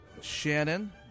Shannon